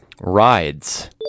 Rides